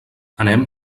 anem